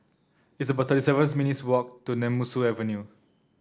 it's about seven minutes' walk to Nemesu Avenue